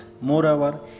moreover